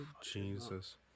Jesus